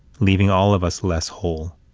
leaving all of us less whole,